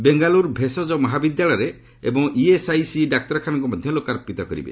ବେଙ୍ଗାଲୁରୁ ଭେଷଜ ମହାବିଦ୍ୟାଳୟରେ ଏବଂ ଇଏସ୍ଆଇସି ଡାକ୍ତରଖାନାକୁ ମଧ୍ୟ ଲୋକାର୍ପିତ କରିବେ